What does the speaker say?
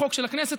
בחוק של הכנסת,